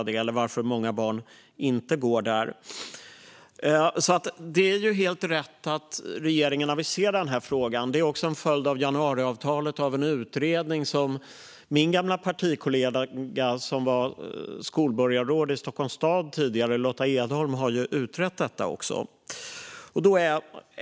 Det är därför helt rätt att regeringen adresserar denna fråga. Det är också en följd av januariavtalet och en utredning gjord av min gamla partikollega Lotta Edholm, som tidigare var skolborgarråd i Stockholms stad.